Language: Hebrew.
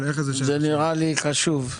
זה נראה לי חשוב.